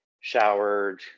showered